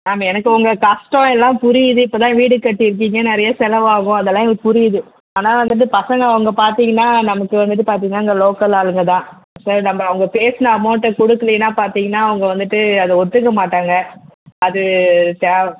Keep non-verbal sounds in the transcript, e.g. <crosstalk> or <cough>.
ma'am எனக்கு உங்கள் கஷ்டம் எல்லாம் புரியுது இப்போ தான் வீடு கட்டி இருப்பீங்க நிறைய செலவு ஆகும் அதெல்லாம் எங்களுக்கு புரியுது ஆனால் <unintelligible> பசங்க அவங்க பார்த்தீங்கன்னா நமக்கு வந்துவிட்டு பார்த்தீங்கன்னா இந்த லோக்கல் ஆளுங்க தான் இப்போ நம்ப அவங்க பேசின அமௌண்டை கொடுக்குலினா பார்த்தீங்கன்னா அவங்க வந்துவிட்டு அதை ஒத்துக்க மாட்டாங்க அது தேவை